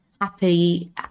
happy